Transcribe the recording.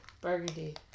Burgundy